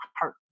heart